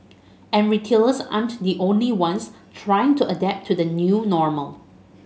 and retailers aren't the only ones trying to adapt to the new normal